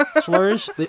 slurs